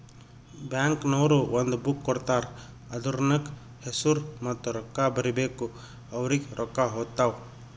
bank ನವ್ರು ಒಂದ್ book ಕೊಡ್ತಾರ್ ಅದೂರ್ನಗ್ ಹೆಸುರ ಮತ್ತ ರೊಕ್ಕಾ ಬರೀಬೇಕು ಅವ್ರಿಗೆ ರೊಕ್ಕಾ ಹೊತ್ತಾವ್